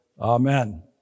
Amen